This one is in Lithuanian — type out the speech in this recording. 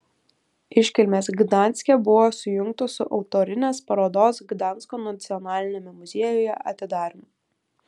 iškilmės gdanske buvo sujungtos su autorinės parodos gdansko nacionaliniame muziejuje atidarymu